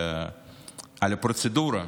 על הפרוצדורה,